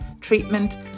treatment